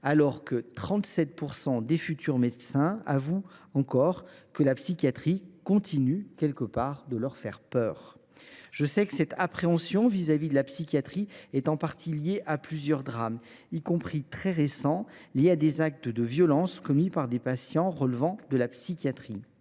alors que 37 % des futurs médecins avouent encore que la psychiatrie continue de leur « faire peur ». Je sais que cette appréhension vis à vis de la psychiatrie s’explique en partie par plusieurs drames, y compris très récents, liés à des actes de violence commis par des patients relevant de la psychiatrie.